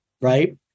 Right